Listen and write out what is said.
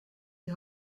die